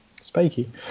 spiky